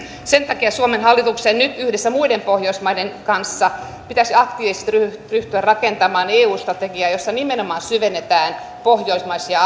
sen takia suomen hallituksen nyt yhdessä muiden pohjoismaiden kanssa pitäisi aktiivisesti ryhtyä ryhtyä rakentamaan eusta tekijää jossa nimenomaan syvennetään pohjoismaisia